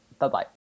Bye-bye